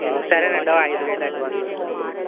సరేనండి ఓ ఐదు వేలు అడ్వాన్స్